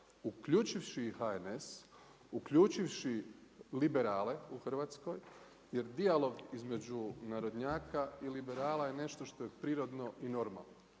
uključivši i HNS, uključivši liberale u Hrvatskoj jer dijalog između narodnjaka i liberala je nešto što je prirodno i normalno